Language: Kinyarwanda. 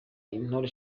intore